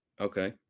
Okay